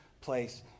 place